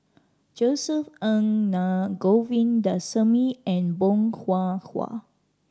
Josef Ng Naa Govindasamy and Bong Hwa Hwa